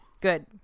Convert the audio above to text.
good